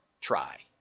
try